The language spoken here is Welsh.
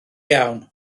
iawn